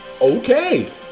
okay